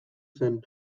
zen